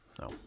No